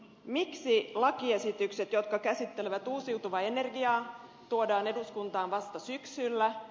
miksi lakiesitykset jotka käsittelevät uusiutuvaa energiaa tuodaan eduskuntaan vasta syksyllä